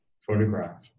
photograph